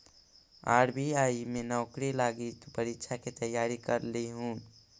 RBI में नौकरी लागी तु परीक्षा के तैयारी कर लियहून